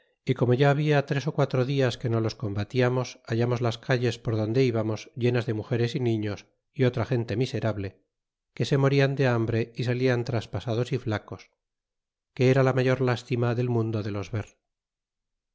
y corno ya habia tres gime dios que no los combatiamos hallamos las call e por donde ibangos llenas de mugeres y niros y otra geste miserable que se morian de hambre y salian traspasados y flacos que era la mayor lstima del mur o de los ver